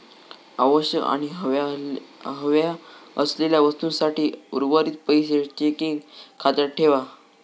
आवश्यक आणि हव्या असलेल्या वस्तूंसाठी उर्वरीत पैशे चेकिंग खात्यात ठेवा